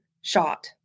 shot